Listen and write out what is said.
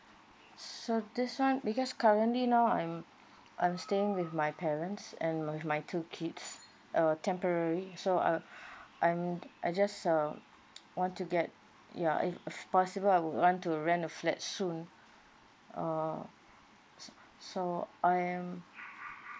so this one because currently now I'm I'm staying with my parents and with my two kids uh temporarily so uh I'm I just uh want to get ya if if possible I would want to rent a flat soon err so I am